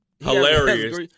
hilarious